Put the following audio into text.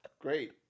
Great